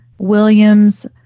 Williams